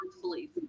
believe